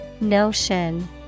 Notion